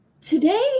today